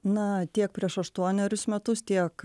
na tiek prieš aštuonerius metus tiek